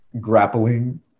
grappling